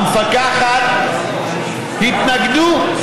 והמפקחת התנגדו.